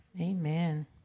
Amen